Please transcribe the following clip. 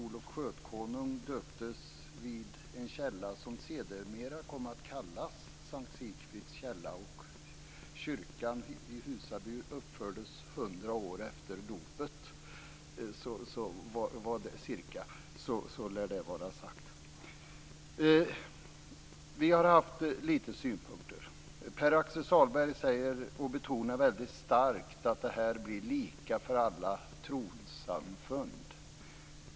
Olof Skötkonung döptes vid en källa som sedermera kom att kallas S:t Sigfrids källa, och kyrkan i Husaby uppfördes cirka hundra år efter dopet. Så var det sagt. Vi har haft litet synpunkter. Pär-Axel Sahlberg betonar väldigt starkt att det här blir lika för alla trossamfund.